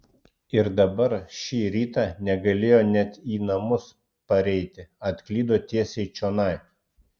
ir dabar šį rytą negalėjo net į namus pareiti atklydo tiesiai čionai